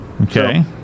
Okay